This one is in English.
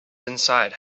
inside